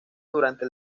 durante